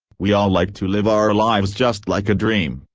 we all like to live our lives just like a dream,